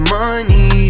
money